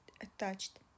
attached